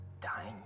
dying